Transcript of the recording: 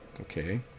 Okay